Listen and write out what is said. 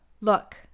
look